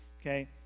okay